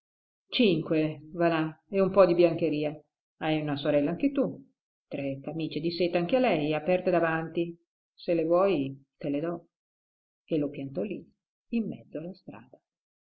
va là e un po di biancheria hai una sorella anche tu tre camìce di seta anche a lei aperte davanti se le vuoi te le do e lo piantò lì in mezzo alla strada